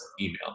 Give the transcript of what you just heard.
email